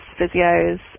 physios